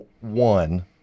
one